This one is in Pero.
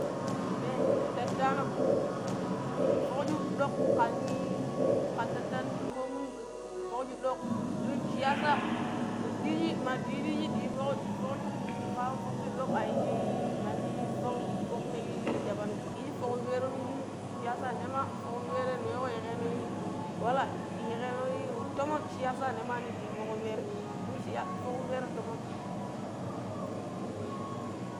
ne tattano fockcho ɗock ƙan ii kan tatta no shine fomini fockcho dock don shii yasa, ɗiiji maɗuyu ɗiji ɗuyu fock fock ju kawan focƙƙi dock a yiji mandi fuck fackki ɗabam yiji fock pipero non shino shiyasa, nima fock pipero niwe koh yigeno ii walla yikonoi tamon shiyasa nima nidiyu fock piperoi dun siya fock pepiro tomon.